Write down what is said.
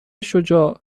شجاع